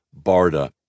BARDA